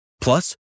Plus